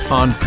on